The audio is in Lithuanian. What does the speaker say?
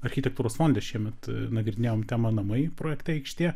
architektūros fonde šiemet nagrinėjom temą namai projekto aikštė